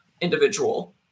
individual